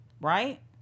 right